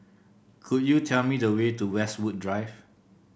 could you tell me the way to Westwood Drive